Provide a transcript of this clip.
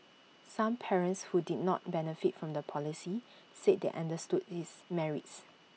some parents who did not benefit from the policy said they understood its merits